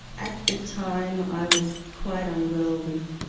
at the time i was quite unwell with